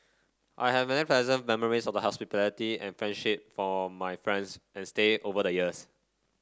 I have many pleasant memories of their hospitality and friendship from my friends and stay over the years